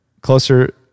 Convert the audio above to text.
Closer